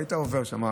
והיית עובר שם,